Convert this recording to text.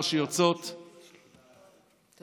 שיוצאות מביתר